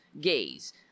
gays